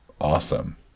awesome